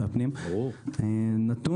עשינו